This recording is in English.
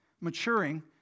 maturing